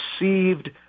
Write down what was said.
received